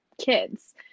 kids